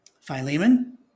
Philemon